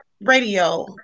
radio